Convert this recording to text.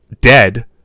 dead